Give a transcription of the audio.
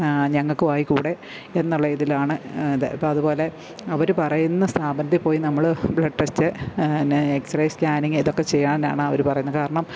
ഞങ്ങൾക്ക് ആയിക്കൂടെ എന്നുള്ള ഇതിലാണ് ഇത് ഇപ്പോൾ അതുപോലെ അവർ പറയുന്ന സ്ഥാപനത്തിൽപ്പോയി നമ്മൾ ബ്ലഡ് ടെസ്റ്റ് പിന്നെ എക്സറേ സ്കാനിങ്ങ് ഇതൊക്കെ ചെയ്യാനാണ് അവർ പറയുന്നത് കാരണം